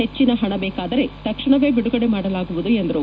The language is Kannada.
ಹೆಚ್ಚಿನ ಹಣ ಬೇಕಾದರೆ ತಕ್ಷಣವೇ ಬಿಡುಗಡೆ ಮಾಡಲಾಗುವುದು ಎಂದರು